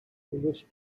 wish